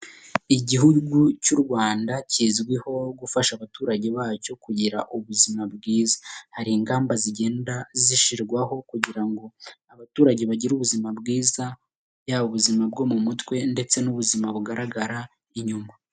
Igihugu cy'u Rwanda kizwiho gufasha abaturage bacyo kugira ubuzima bwiza, hari ingamba zigenda zishyirwaho kugira ngo abaturage bagire ubuzima bwiza, yaba ubuzima bwo mu mutwe ndetse n'ubuzima bugaragara inyuma.